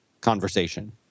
Conversation